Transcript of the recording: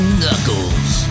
knuckles